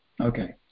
Okay